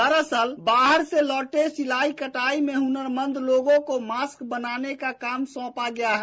दरअसल बाहर से लौटे सिलाई कटाई में हनरमंद लोगों को मास्क बनाने का काम सौंपा गया है